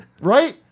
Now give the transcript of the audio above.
Right